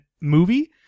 movie